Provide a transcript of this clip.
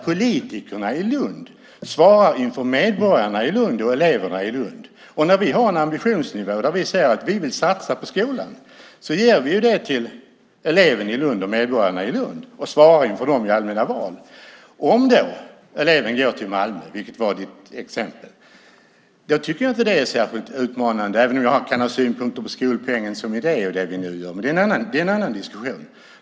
Politikerna i Lund svarar inför medborgarna och eleverna i Lund, Jan Björklund. När vi har en ambitionsnivå som innebär att vi vill satsa på skolan ger vi det till eleverna och medborgarna och svarar inför dem i allmänna val. Om eleven då går till Malmö, vilket var ditt exempel, tycker jag inte att det är särskilt utmanande, även om jag kan ha synpunkter på skolpengen som idé. Men det är en annan diskussion.